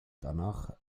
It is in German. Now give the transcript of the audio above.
danach